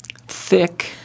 thick